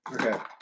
Okay